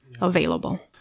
available